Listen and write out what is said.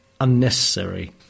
unnecessary